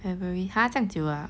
february !huh! 这样久 ah